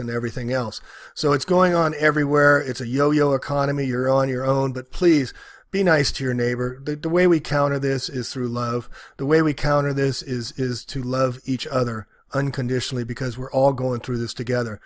and everything else so it's going on everywhere it's a yo yo economy you're on your own but please be nice to your neighbor they do way we counter this is through love the way we counter this is is to love each other unconditionally because we're all going through this together